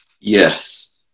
Yes